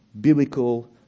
biblical